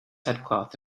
headcloth